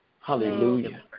Hallelujah